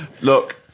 look